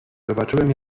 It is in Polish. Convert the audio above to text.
zobaczyłem